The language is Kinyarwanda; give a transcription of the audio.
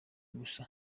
gusa